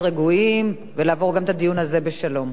רגועים ולעבור גם את הדיון הזה בשלום.